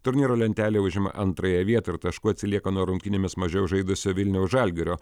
turnyro lentelėje užima antrąją vietą ir tašku atsilieka nuo rungtynėmis mažiau žaidusio vilniaus žalgirio